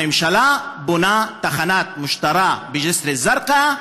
הממשלה בונה תחנת משטרה בג'יסר א-זרקא,